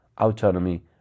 autonomy